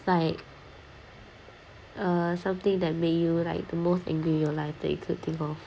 like uh something that make you like the most angry in your life that you could think of